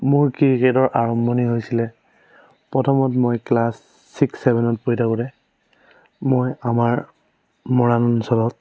মোৰ ক্ৰিকেট আৰম্ভণি হৈছিলে প্ৰথমত মই ক্লাছ ছিক্স ছেভেনত পঢ়ি থাকোতে মই আমাৰ মৰাণ অঞ্চলত